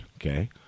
Okay